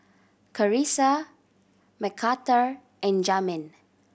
Carissa Mcarthur and Jamin